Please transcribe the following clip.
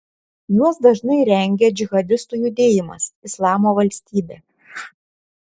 juos dažnai rengia džihadistų judėjimas islamo valstybė